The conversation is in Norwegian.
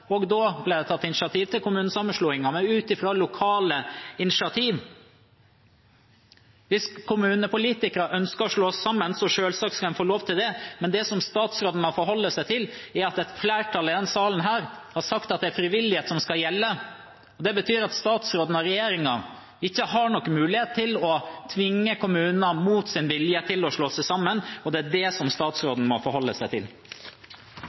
Også da ble det initiativ til kommunesammenslåinger, men ut fra lokale initiativ. Hvis kommunepolitikere ønsker å slå sammen, skal de selvsagt få lov til det, men det som statsråden må forholde seg til, er at et flertall i denne salen har sagt at det er frivillighet som skal gjelde. Det betyr at statsråden og regjeringen ikke har noen mulighet til å tvinge kommuner, mot sin vilje, til å slå seg sammen. Det er det statsråden må forholde seg til.